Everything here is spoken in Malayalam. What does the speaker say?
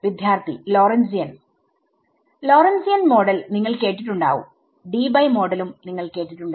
വിദ്യാർത്ഥി ലോറെന്റ്സിയൻ ലോറെന്റ്സിയൻ മോഡൽ നിങ്ങൾ കേട്ടിട്ടുണ്ടാവുംഡീബൈമോഡലും നിങ്ങൾ കേട്ടിട്ടുണ്ടാവും